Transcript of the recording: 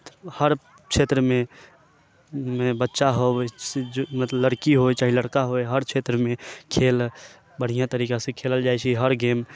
हर क्षेत्रमे मे बच्चा होबै मतलब लड़की होइ चाहे लड़का होइ हर क्षेत्रमे खेल बढ़िआँ तरीकासँ खेलल जाइ छै हर गेम